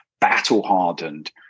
battle-hardened